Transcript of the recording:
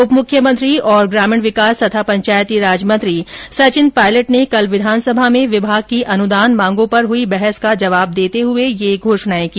उप मुख्यमंत्री और ग्रामीण विकास तथा पंचायती राज मंत्री सचिन पायलट ने कल विधानसभा में विभाग की अनुदान मांगों पर हुई बहस का जवाब देते हुए ये घोषणाएं की